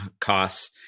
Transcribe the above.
costs